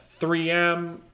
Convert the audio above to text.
3M